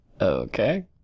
Okay